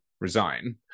resign